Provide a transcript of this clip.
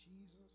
Jesus